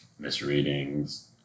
misreadings